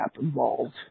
involved